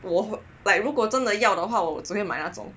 我如果真的要的话只会买那种